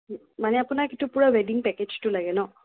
মানে আপোনাক এইটো গোটেই ৱেডিং পেকেজটো লাগে ন